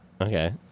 Okay